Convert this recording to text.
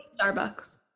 Starbucks